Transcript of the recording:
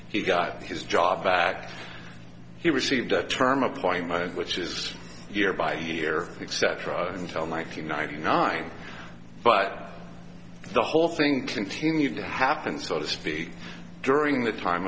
he got his job back he received a term appointment which is year by year except drugs until ninety ninety nine but the whole thing continued to happen so to speak during the time